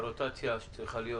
הרוטציה שצריכה להיות